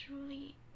truly